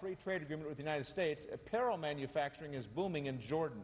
free trade agreement with united states apparel manufacturing is booming in jordan